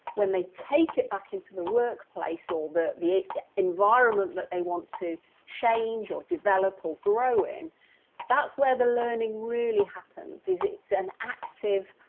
when they take it back into the workplace or the the environment that they want to change, or develop, or grow in that's where the learning really happens. it's an active